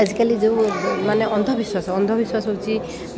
ଆଜିକାଲି ଯେଉଁ ମାନେ ଅନ୍ଧବିଶ୍ୱାସ ଅନ୍ଧବିଶ୍ୱାସ ହେଉଛି